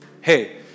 hey